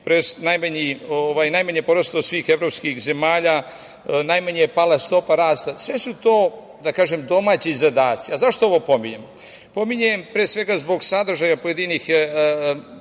najmanje porastao od svih evropskih zemalja, najmanje je pala stopa rasta. Sve su to da kažem domaći zadaci. A zašto ovo pominjem? Pominjem, pre svega zbog sadržaja pojedinih